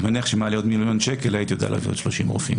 אני מניח שאם היו לי עוד מיליון שקל הייתי יודע להביא עוד 30 רופאים,